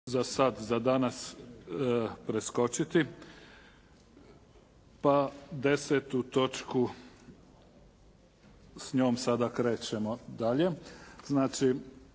za sada, za danas preskočiti, pa 10. točku, s njom sada krećemo dalje. -